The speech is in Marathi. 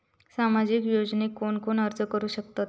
सामाजिक योजनेक कोण कोण अर्ज करू शकतत?